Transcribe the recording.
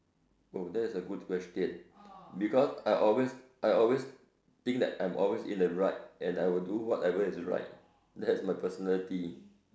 oh that is a good question because I always I always think that I'm always in the right and I will do whatever is right that is my personality